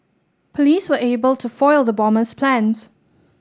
police were able to foil the bomber's plans